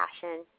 passion